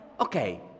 Okay